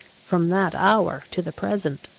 from that hour to the present.